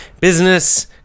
business